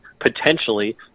potentially